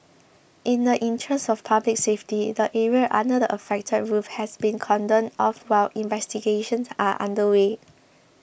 in the interest of public safety the area under the affected roof has been cordoned off while investigations are underway